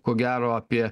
ko gero apie